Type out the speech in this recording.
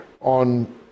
on